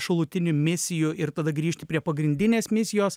šalutinių misijų ir tada grįžti prie pagrindinės misijos